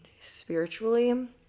spiritually